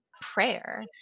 prayer